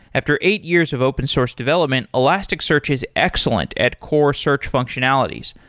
after eight years of open source development, elasticsearch is excellent at core search functionalities,